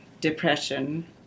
depression